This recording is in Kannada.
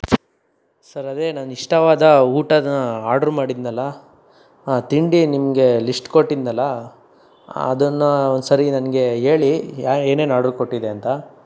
ಸರ್ ಅದೇ ನಾನು ಇಷ್ಟವಾದ ಊಟಾನ ಆರ್ಡರ್ ಮಾಡಿದ್ದೆನಲ್ಲ ತಿಂಡಿ ನಿಮಗೆ ಲಿಸ್ಟ್ ಕೊಟ್ಟಿದ್ದೆನಲ್ಲ ಅದನ್ನು ಒಂದ್ಸರಿ ನನಗೆ ಹೇಳಿ ಯಾ ಏನೇನು ಆರ್ಡರ್ ಕೊಟ್ಟಿದ್ದೆ ಅಂತ